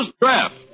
draft